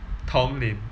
tong lin